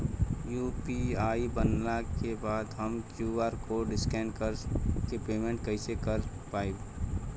UPI बनला के बाद हम क्यू.आर कोड स्कैन कर के पेमेंट कइसे कर पाएम?